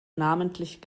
namentlich